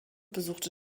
besuchte